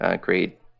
great